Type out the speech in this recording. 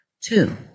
Two